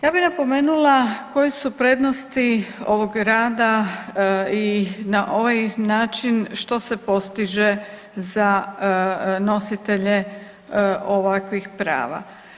Ja bi napomenula koje su prednosti ovog rada i na ovaj način što se postiže za nositelje ovakvih prava.